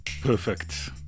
Perfect